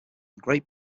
great